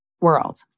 world